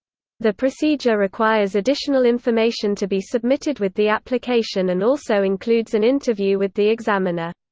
the procedure requires additional information to be submitted with the application and also includes an interview with the examiner.